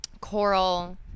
coral